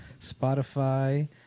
Spotify